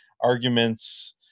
arguments